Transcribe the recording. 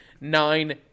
nine